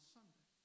Sunday